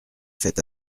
fait